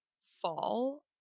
fall